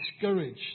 discouraged